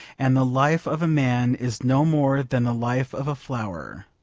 and the life of a man is no more than the life of a flower,